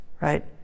right